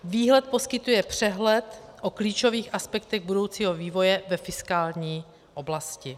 Výhled poskytuje přehled o klíčových aspektech budoucího vývoje ve fiskální oblasti.